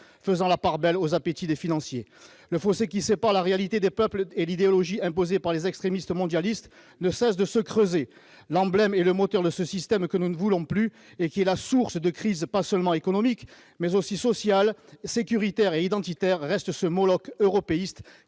faisant la part belle aux appétits des financiers. Le fossé qui sépare la réalité des peuples et l'idéologie imposée par les extrémistes mondialistes ne cesse de se creuser. L'emblème, le moteur de ce système dont nous ne voulons plus, et qui est source de crise non seulement économique, mais aussi sociale, sécuritaire et identitaire, reste ce Moloch européiste